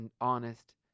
honest